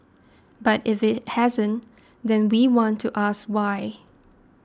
but if it hasn't then we want to ask why